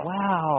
wow